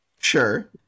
Sure